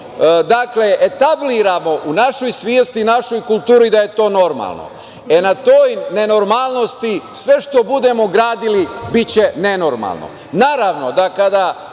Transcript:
dakle, etabliramo u našoj svesti i našoj kulturi da je to normalno. Na toj nenormalnosti sve što budemo gradili biće nenormalno. Naravno,